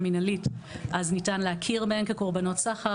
אז ניתן להכיר בהן כקורבנות סחר.